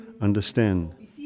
understand